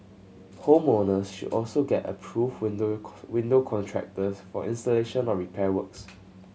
home owners should also get approved window window contractors for installation or repair works